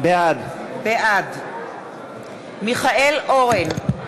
בעד מיכאל אורן,